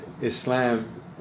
Islam